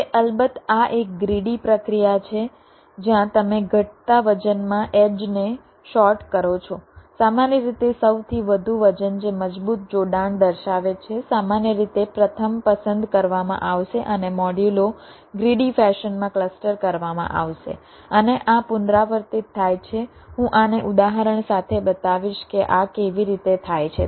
હવે અલબત્ત આ એક ગ્રીડી પ્રક્રિયા છે જ્યાં તમે ઘટતા વજનમાં એડ્જને સોર્ટ કરો છો સામાન્ય રીતે સૌથી વધુ વજન જે મજબૂત જોડાણ દર્શાવે છે સામાન્ય રીતે પ્રથમ પસંદ કરવામાં આવશે અને મોડ્યુલો ગ્રીડી ફેશનમાં ક્લસ્ટર કરવામાં આવશે અને આ પુનરાવર્તિત થાય છે હું આને ઉદાહરણ સાથે બતાવીશ કે આ કેવી રીતે થાય છે